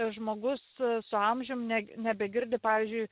žmogus su amžium ne nebegirdi pavyzdžiui